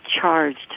charged